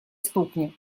стукни